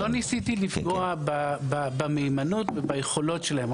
לא ניסיתי לפגוע במהימנות וביכולות שלהם,